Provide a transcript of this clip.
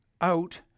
out